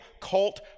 cult